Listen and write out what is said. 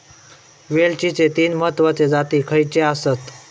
वेलचीचे तीन महत्वाचे जाती खयचे आसत?